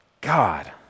God